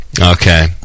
Okay